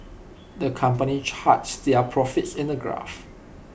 the company charts their profits in A graph